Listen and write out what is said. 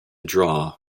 draw